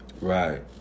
Right